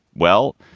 well,